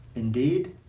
indeed,